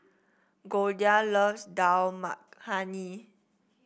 Goldia loves Dal Makhani